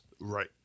Right